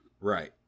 Right